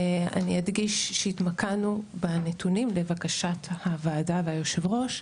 אני אדגיש שהתמקדנו בנתונים לבקשת הוועדה ויושב הראש,